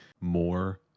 more